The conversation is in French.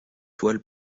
toile